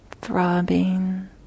throbbing